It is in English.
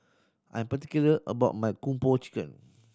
I am particular about my Kung Po Chicken